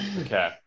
Okay